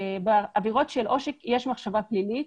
בעבירות של עושק יש מחשבה פלילית,